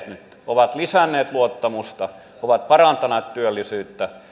ovat lisänneet luottamusta ovat parantaneet työllisyyttä